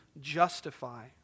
justify